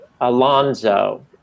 Alonzo